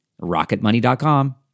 Rocketmoney.com